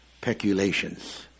peculations